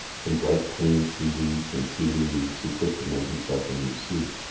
from bright clean sea-weeds and sea-leaves he quickly made himself a new suit,